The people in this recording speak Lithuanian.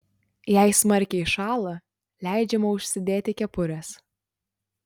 jei smarkiai šąla leidžiama užsidėti kepures